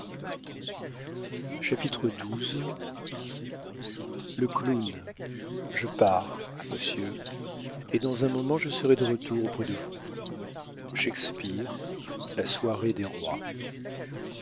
chapitre xii le clown je pars monsieur et dans un moment je serai de retour auprès de vous shakespeare la soirée des rois